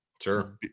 Sure